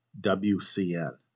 WCN